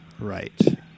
Right